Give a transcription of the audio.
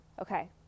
okay